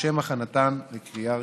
לשם הכנתן לקריאה ראשונה.